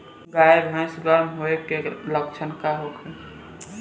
गाय भैंस गर्म होय के लक्षण का होखे?